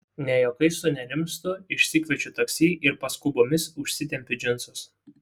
ne juokais sunerimstu išsikviečiu taksi ir paskubomis užsitempiu džinsus